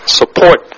support